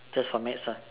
just for maths lah